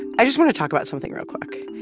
i just want to talk about something real quick.